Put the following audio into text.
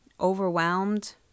overwhelmed